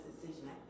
decision